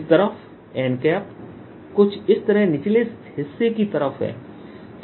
इस तरफ n कुछ इस तरह निचले हिस्से की तरफ है